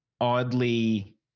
oddly